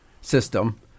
system